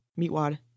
Meatwad